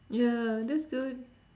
ya that's good